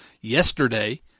yesterday